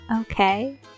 okay